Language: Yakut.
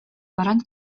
баран